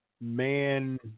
man